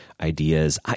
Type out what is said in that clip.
ideas